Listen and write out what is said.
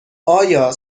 آیا